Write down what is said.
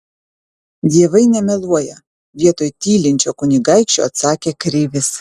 dievai nemeluoja vietoj tylinčio kunigaikščio atsakė krivis